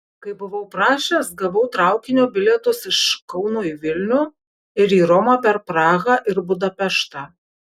kaip buvau prašęs gavau traukinio bilietus iš kauno į vilnių ir į romą per prahą ir budapeštą